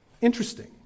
interesting